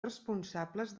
responsables